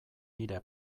nire